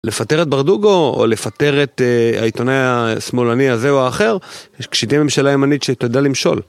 לפטר את ברדוגו, או לפטר את העיתונאי השמאלני הזה או האחר, יש קשיטי ממשלה ימנית שתדע למשול.